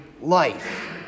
life